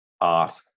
art